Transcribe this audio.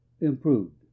Improved